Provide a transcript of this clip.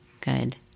good